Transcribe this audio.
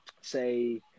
say